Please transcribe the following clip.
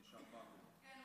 יש ארבעה גורמים.